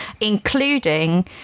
including